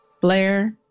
Blair